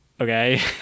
okay